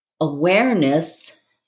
Awareness